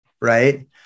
Right